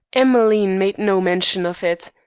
emmeline made no mention of it.